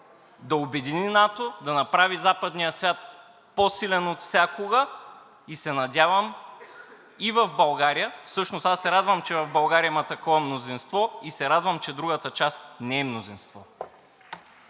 да обедини НАТО, да направи западния свят по-силен отвсякога и се надявам, и в България – всъщност аз се радвам, че в България има такова мнозинство и се радвам, че другата част не е мнозинство.